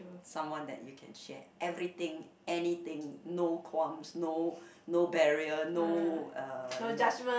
someone that you can share everything anything no qualms no no barrier no uh you know